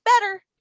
better